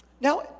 Now